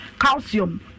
Calcium